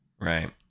right